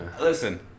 listen